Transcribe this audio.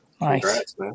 Nice